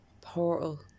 portal